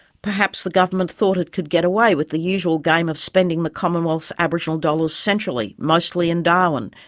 perhaps the government thought it could get away with the usual game of spending the commonwealth's aboriginal dollars centrally, mostly in darwin,